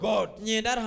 God